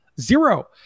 Zero